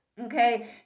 okay